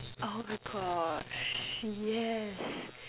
oh my gosh yes